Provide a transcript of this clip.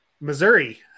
Missouri